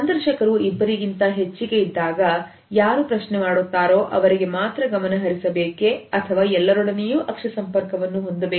ಸಂದರ್ಶಕರು ಇಬ್ಬರಿಗಿಂತ ಹೆಚ್ಚಿಗೆ ಇದ್ದಾಗ ಯಾರು ಪ್ರಶ್ನೆ ಮಾಡುತ್ತಾರೋ ಅವರಿಗೆ ಮಾತ್ರ ಗಮನ ಹರಿಸಬೇಕೇ ಅಥವಾ ಎಲ್ಲರೊಡನೆಯೂ ಅಕ್ಷಿ ಸಂಪರ್ಕವನ್ನು ಹೊಂದಬೇಕೋ